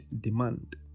demand